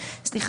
שלום לכולם.